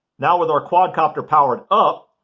now, with our quadcopter powered up